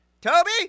Toby